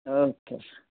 okay